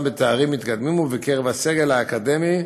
בתארים מתקדמים ובקרב הסגל האקדמי,